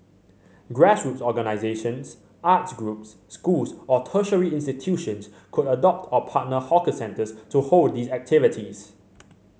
grassroots organisations arts groups schools or tertiary institutions could adopt or partner hawker centres to hold these activities